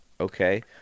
Okay